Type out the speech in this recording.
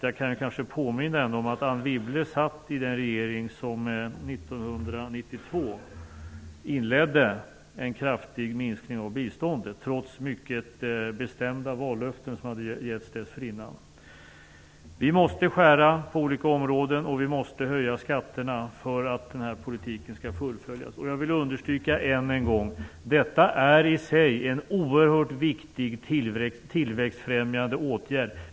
Jag kan kanske ändå påminna om att Anne Wibble satt i den regering som 1992 inledde en kraftig minskning av biståndet, trots mycket bestämda vallöften som hade givits dessförinnan. Vi måste göra nedskärningar på olika områden, och vi måste höja skatterna för att politiken skall kunna fullföljas. Jag vill än en gång understryka: Detta är i sig en oerhört viktig tillväxtfrämjande åtgärd.